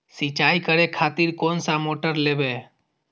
सीचाई करें खातिर कोन सा मोटर लेबे?